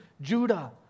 Judah